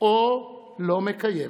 או לא מקיימת.